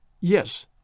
Yes